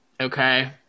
Okay